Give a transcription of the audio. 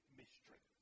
mystery